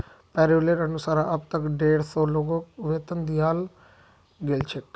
पैरोलेर अनुसार अब तक डेढ़ सौ लोगक वेतन दियाल गेल छेक